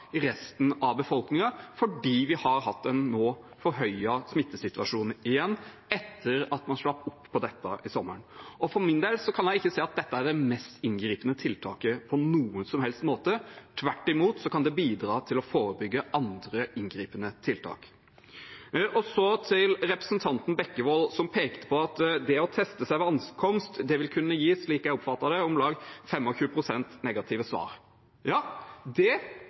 resten av befolkningen fordi vi nå har hatt en forhøyet smittesituasjon igjen etter at man slapp opp på dette i sommer. For min del kan jeg ikke se at dette er det mest inngripende tiltaket på noen som helst måte. Tvert imot kan det bidra til å forebygge andre inngripende tiltak. Så til representanten Bekkevold, som pekte på at det å teste seg ved ankomst vil kunne gi, slik jeg oppfattet det, om lag 25 pst. negative svar. Ja, det